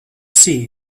see